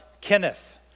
Kenneth